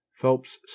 Phelps